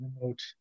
remote